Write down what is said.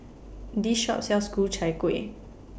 This Shop sells Ku Chai Kuih